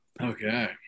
Okay